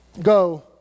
Go